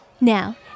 Now